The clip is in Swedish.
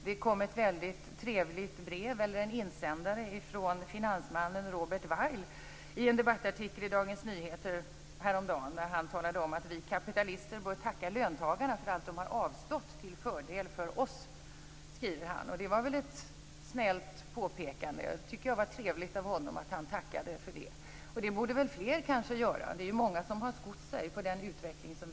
Det kom en trevlig insändare från finansmannen Robert Weil i en debattartikel i Dagens Nyheter häromdagen. Vi kapitalister bör tacka löntagarna för allt de har avstått till fördel för oss, skriver han. Det var väl ett snällt påpekande. Det är trevligt av honom att tacka för det. Det borde kanske fler göra. Det är många som har skott sig på utvecklingen.